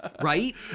right